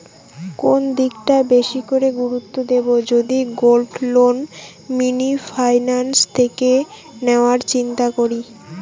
কোন দিকটা বেশি করে গুরুত্ব দেব যদি গোল্ড লোন মিনি ফাইন্যান্স থেকে নেওয়ার চিন্তা করি?